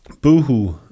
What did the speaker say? boohoo